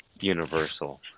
universal